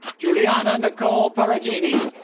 juliana nicole peragine